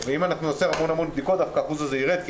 אם נעשה המון בדיקות האחוז הזה דווקא ירד כי